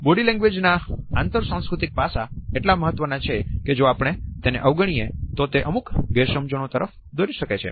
body language ના આંતર સાંસ્કૃતિક પાસા એટલા મહત્વના છે કે જો આપણે તેને અવગણીએ તો તે અમુક ગેરસમજણો તરફ દોરી શકે છે